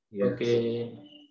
Okay